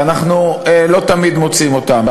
ואנחנו לא תמיד מוצאים אותם.